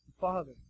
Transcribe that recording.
Father